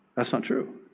that's not true.